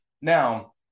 Now